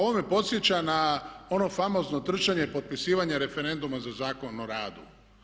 Ovo me podsjeća na ono famozno trčanje, potpisivanje referenduma za Zakon o radu.